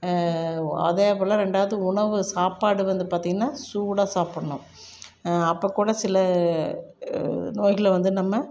அதேபோல் ரெண்டாவது உணவு சாப்பாடு வந்து பார்த்திங்கன்னா சூடாக சாப்பிடணும் அப்போ கூட சில நோய்களை வந்து நம்ம